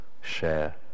share